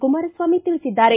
ಕುಮಾರಸ್ವಾಮಿ ತಿಳಿಸಿದ್ದಾರೆ